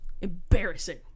embarrassing